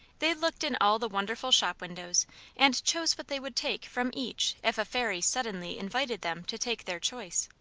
they looked in all the wonderful shop-windows and chose what they would take from each if a fairy suddenly invited them to take their choice.